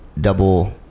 double